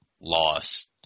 lost